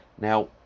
Now